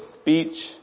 speech